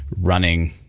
running